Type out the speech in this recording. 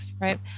right